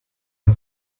the